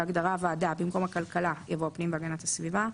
במקום שמאי "החוקה חוק ומשפט" יבוא "הפנים והגנת הסביבה".